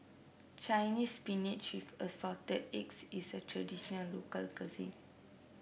Chinese Spinach with Assorted Eggs is a traditional local cuisine